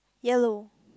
yellow